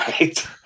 Right